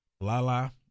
Lala